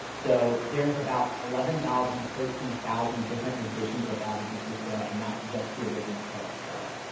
so there's about eleven thousand, to thirteen thousand different editions of robinson crusoe, and that's just the original tale itself.